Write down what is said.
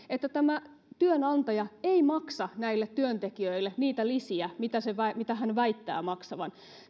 että tämä työnantaja ei maksa näille työntekijöille niitä lisiä mitä hän väittää maksavansa